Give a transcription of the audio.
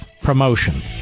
promotion